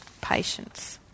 patience